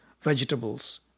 vegetables